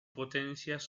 potencias